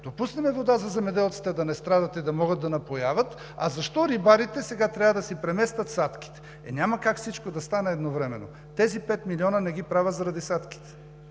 пуснем вода за земеделците да не страдат и да могат да напояват: а защо рибарите сега трябва да преместят садките? Е, няма как всичко да стане едновременно! Тези пет милиона не ги правя заради садките.